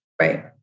Right